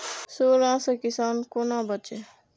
सुंडा से किसान कोना बचे?